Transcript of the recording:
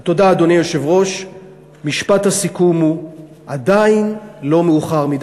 לסיכום, עדיין לא מאוחר מדי.